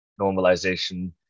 normalization